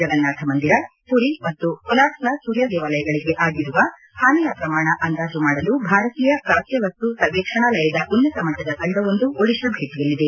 ಜಗನ್ನಾಥ ಮಂದಿರ ಪುರಿ ಮತ್ತು ಕೊನಾರ್ಕ್ನ ಸೂರ್ಯ ದೇವಾಲಯಗಳಗೆ ಆಗಿರುವ ಹಾನಿಯ ಪ್ರಮಾಣ ಅಂದಾಜು ಮಾಡಲು ಭಾರತೀಯ ಪ್ರಾಚ್ಞ ವಸ್ತು ಸರ್ವೇಕ್ಷಣಾಲಯದ ಉನ್ನತ ಮಟ್ಟದ ತಂಡವೊಂದು ಒಡಿಶಾ ಭೇಟಿಯಲ್ಲಿದೆ